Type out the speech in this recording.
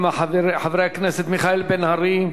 חברי הכנסת מיכאל בן-ארי,